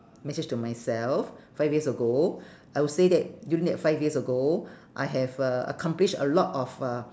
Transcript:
message to myself five years ago I would say that during that five years ago I have a~ accomplish a lot of uh